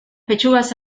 pechugas